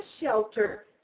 shelter